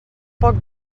poc